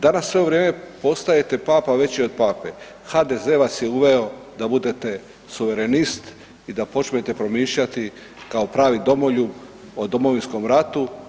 Danas svo vrijeme postajete Papa veći od Pape, HDZ vas je uveo da budete suverenist i da počnete promišljati kao pravi domoljub o Domovinskom ratu.